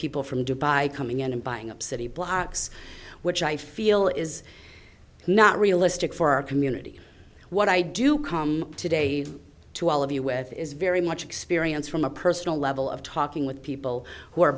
people from dubai coming in and buying up city blocks which i feel is not realistic for our community what i do come today to all of you with is very much experience from a personal level of talking with people who are